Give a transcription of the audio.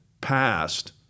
passed